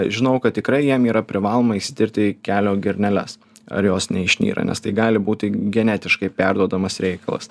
žinau kad tikrai jiem yra privaloma išsitirti kelio girneles ar jos neišnyra nes tai gali būti genetiškai perduodamas reikalas